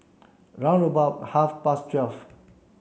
round about half past twelve